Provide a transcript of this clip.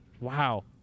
Wow